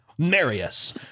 Marius